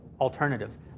alternatives